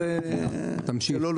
כנראה.